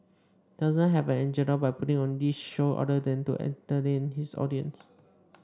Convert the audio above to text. doesn't have an agenda by putting on this show other than to entertain his audience